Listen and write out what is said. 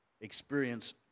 experience